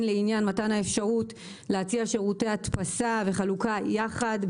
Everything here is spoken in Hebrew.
לעניין מתן האפשרות להציע שירותי הדפסה וחלוקה יחד,